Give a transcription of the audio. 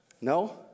No